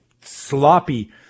sloppy